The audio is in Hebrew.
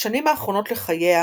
בשנים האחרונות לחייה